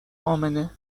امنه